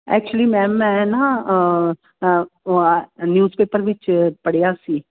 actually ma'am ਮੈਂ ਨਾ newspaper ਵਿੱਚ ਪੜ੍ਹਿਆ ਸੀ